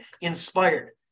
inspired